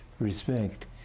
respect